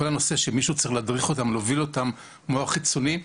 כל הנושא שמישהו צריך להדריך אותם ולהוביל אותם כגורם חיצוני,